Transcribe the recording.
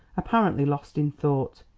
apparently lost in thought.